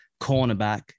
cornerback